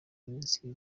iminsi